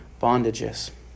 bondages